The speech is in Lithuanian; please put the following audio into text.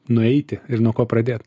nueiti ir nuo ko pradėt